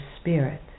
spirit